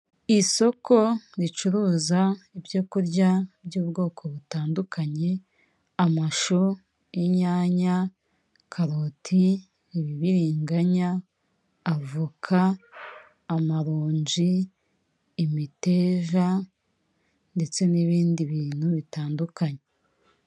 Isoko ricuruza ibyo kurya by'ubwoko butandukanye amashu, inyanya, karoti, ibibiriganya, avuka, amaronji, imiteja ndetse n'ibindi bintu bitandukanye.